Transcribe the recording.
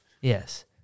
Yes